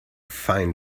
fine